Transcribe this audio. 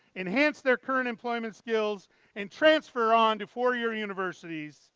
enhance their current employment skills and transfer on to four-year universities.